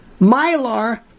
Mylar